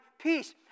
peace